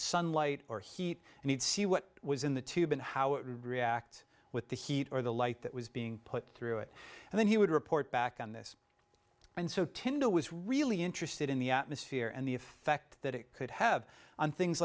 sunlight or heat and he'd see what was in the tube and how it reacts with the heat or the light that was being put through it and then he would report back on this and so tender was really interested in the atmosphere and the effect that it could have on things